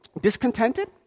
discontented